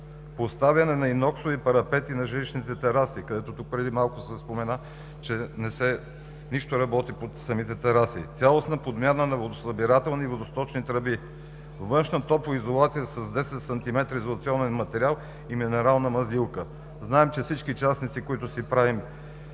поставяне на иноксови парапети на жилищните тераси, където преди малко се спомена, че не се работи нищо по самите тераси. Цялостна подмяна на водосъбирателни и водосточни тръби, външна топлоизолация с 10 см изолационен материал и минерална мазилка. Знаем, че всички частници, които си правим